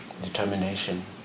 determination